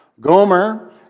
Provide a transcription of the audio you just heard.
Gomer